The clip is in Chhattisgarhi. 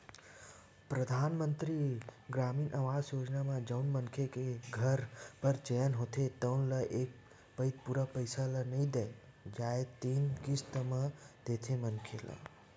परधानमंतरी गरामीन आवास योजना म जउन मनखे के घर बर चयन होथे तउन ल एके पइत पूरा पइसा ल नइ दे जाए तीन किस्ती म देथे मनखे ल